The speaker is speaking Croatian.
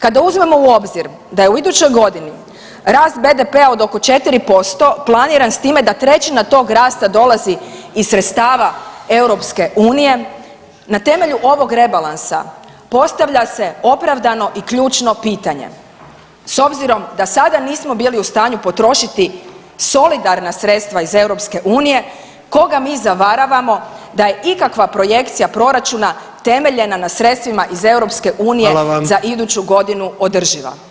Kada uzmemo u obzir da je u idućoj godini rast BDP-a od oko 4% planiran s time da trećina tog rasta dolazi iz sredstava EU, na temelju ovog rebalansa postavlja se opravdano i ključno pitanje, s obzirom da sada nismo bili u stanju potrošiti solidarna sredstva iz EU, koga mi zavaravamo da je ikakva projekcija proračuna temeljena na sredstvima iz EU [[Upadica: Hvala vam]] za iduću godinu održiva.